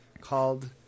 called